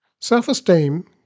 Self-esteem